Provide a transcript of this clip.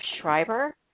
Schreiber